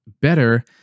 better